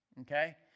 okay